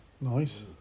nice